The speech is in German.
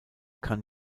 kann